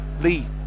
Lee